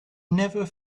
never